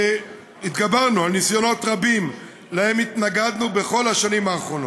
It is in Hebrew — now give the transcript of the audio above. התגברנו על ניסיונות רבים שלהם התנגדנו בכל השנים האחרונות,